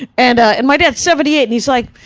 and and ah, and my dad's seventy eight and he's like,